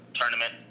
tournament